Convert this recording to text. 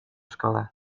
szkole